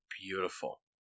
beautiful